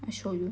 I show you